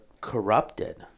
corrupted